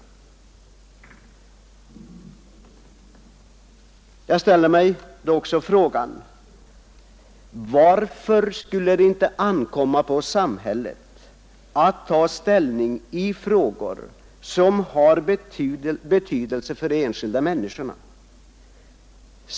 Jag ställer mig också frågan: Varför skulle det inte ankomma på samhället att ta ställning i frågor som har betydelse för de enskilda människorna?